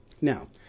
Now